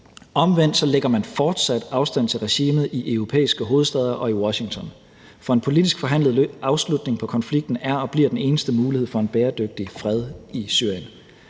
Omvendt lægger man fortsat afstand til regimet i europæiske hovedstæder og i Washington, for en politisk forhandlet afslutning på konflikten er og bliver den eneste mulighed for en bæredygtig fred i Syrien,